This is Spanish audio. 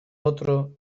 otro